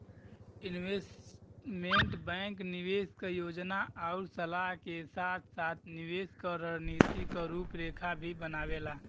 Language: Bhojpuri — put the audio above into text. इन्वेस्टमेंट बैंक निवेश क योजना आउर सलाह के साथ साथ निवेश क रणनीति क रूपरेखा भी बनावेला